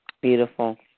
Beautiful